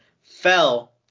fell